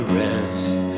rest